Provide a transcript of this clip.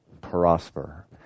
prosper